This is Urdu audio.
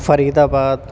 فریدآباد